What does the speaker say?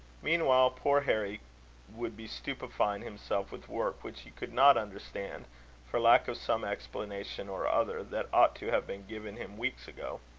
meanwhile, poor harry would be stupifying himself with work which he could not understand for lack of some explanation or other that ought to have been given him weeks ago.